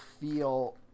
feel